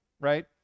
right